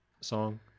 song